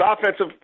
offensive